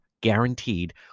Guaranteed